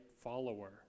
follower